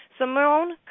Simone